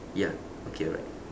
ya okay alright